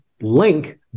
link